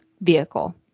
vehicle